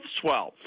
swell